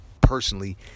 personally